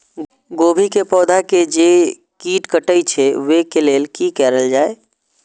गोभी के पौधा के जे कीट कटे छे वे के लेल की करल जाय?